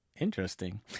interesting